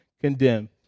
condemned